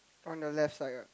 on the left side ah